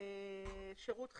שירות חיוני.